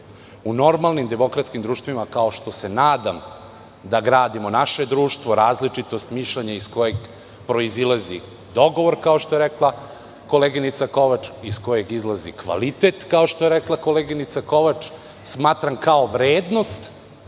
normalnim demokratskim društvima, kao što se nadam da gradimo naše društvo, različitost mišljenja iz kojeg proizilazi dogovor, kao što je rekla koleginica Kovač, iz kojeg izlazi kvalitet, kao što je rekla koleginica Kovač, smatram kao vrednost,